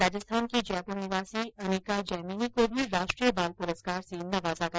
राजस्थान की जयपुर निवासी अनिका जैमिनी को भी राष्ट्रीय बाल पुरस्कार से नवाजा गया